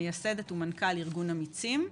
מייסדת ומנכ"ל ארגון אמיצים,